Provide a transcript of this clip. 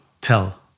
tell